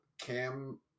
cam